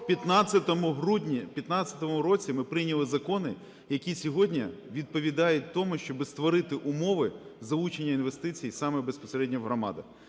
У грудні в 15-му році ми прийняли закони, які сьогодні відповідають тому, щоби створити умови залучення інвестицій саме безпосередньо в громади.